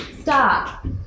stop